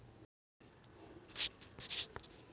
State Bank of इंडियामध्ये चालू खात्यावर किती व्याज मिळते?